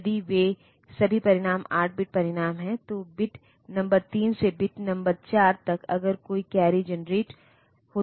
तो कुछ विशेष लाइनें जो हमारे पास हैं जैसा कि मैंने कहा कि यह 64 किलोबाइट मेमोरी को संबोधित कर सकती है